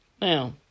Now